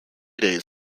days